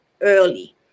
early